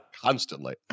constantly